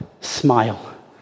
smile